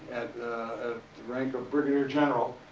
ah the rank of brigadier general.